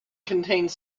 contains